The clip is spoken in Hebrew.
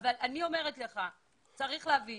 צריך להבין